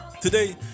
today